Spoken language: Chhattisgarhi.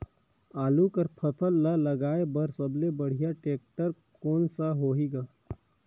आलू कर फसल ल लगाय बर सबले बढ़िया टेक्टर कोन सा होही ग?